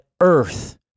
earth